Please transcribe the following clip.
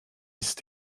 ist